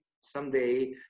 someday